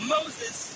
Moses